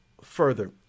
further